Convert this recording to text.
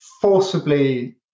forcibly